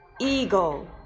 Eagle